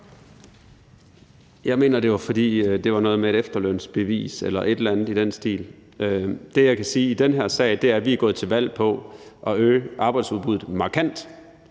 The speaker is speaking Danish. Jeg mener, det var noget med et efterlønsbevis eller et eller andet i den stil. Det, jeg kan sige i den her sag, er, at vi er gået til valg på at øge arbejdsudbuddet markant.